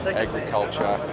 agriculture,